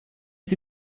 sie